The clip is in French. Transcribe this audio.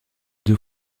deux